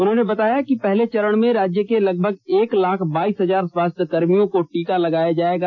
उन्होंने बताया कि पहले चरण में राज्य के लगभग एक लाख बाइस हजार स्वास्थ्य कर्मियों को टीका लगाया जाएगा